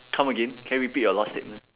come again can you repeat your last statement